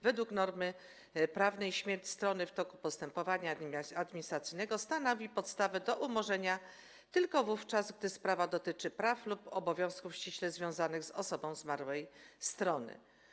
Według normy prawnej śmierć strony w toku postępowania administracyjnego stanowi podstawę do umorzenia tylko wówczas, gdy sprawa dotyczy praw lub obowiązków ściśle związanych z osobą zmarłą.